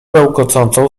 bełkocącą